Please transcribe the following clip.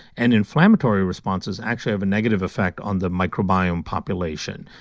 and inflammatory responses actually have a negative effect on the microbiome population.